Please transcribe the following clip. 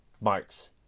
Marx